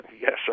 yes